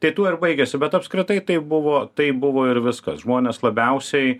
tai tuo ir baigėsi bet apskritai tai buvo taip buvo ir viskas žmonės labiausiai